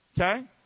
Okay